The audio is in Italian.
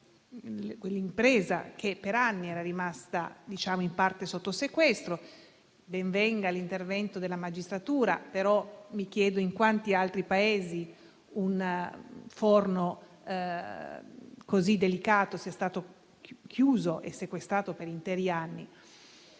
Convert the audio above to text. una impresa che per anni era rimasta in parte sotto sequestro? Tra l'altro, ben venga l'intervento della magistratura, ma mi chiedo in quanti altri Paesi un forno così delicato sia stato chiuso e sequestrato per interi anni.